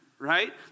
Right